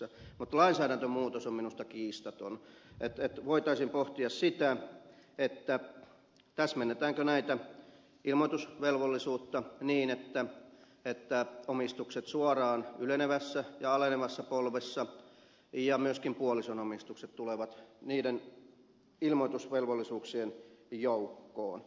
mutta lainsäädäntömuutos on minusta kiistaton että voitaisiin pohtia sitä täsmennetäänkö ilmoitusvelvollisuutta niin että omistukset suoraan ylenevässä ja alenevassa polvessa ja myöskin puolison omistukset tulevat ilmoitusvelvollisuuksien joukkoon